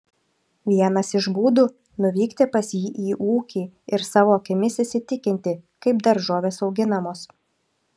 vienas iš būdų nuvykti pas jį į ūkį ir savo akimis įsitikinti kaip daržovės auginamos